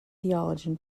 theologian